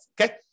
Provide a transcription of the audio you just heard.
Okay